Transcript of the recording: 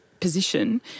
position